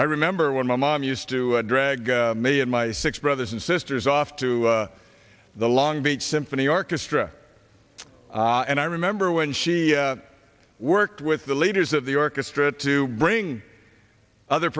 i remember when my mom used to drag me and my six brothers and sisters off to the long beach symphony orchestra and i remember when she worked with the leaders of the orchestra to bring other